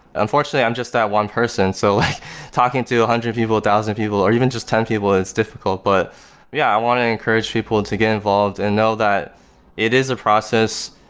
unfortunately, i'm just that one person, so talking to a hundred people, a thousand people, or even just ten people it's difficult. but yeah, i want to encourage people to get involved and know that it is a process,